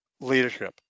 leadership